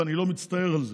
ואני לא מצטער על זה.